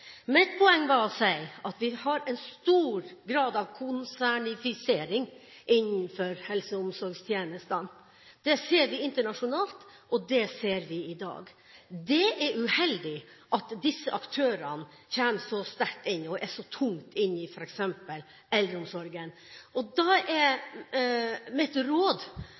Mitt poeng var at vi har en stor grad av konsernifisering innenfor helse- og omsorgstjenestene. Det ser vi internasjonalt, og det ser vi her. Det er uheldig at disse aktørene kommer så sterkt inn og er så tungt inne i f.eks. eldreomsorgen. Da er mitt råd